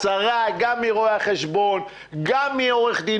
הצהרה גם מרואה חשבון גם מעורך דין,